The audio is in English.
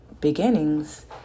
beginnings